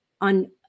on